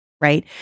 Right